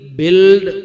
build